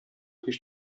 һич